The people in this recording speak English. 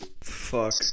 Fuck